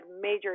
major